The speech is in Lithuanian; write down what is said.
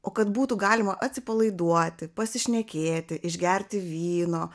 o kad būtų galima atsipalaiduoti pasišnekėti išgerti vyno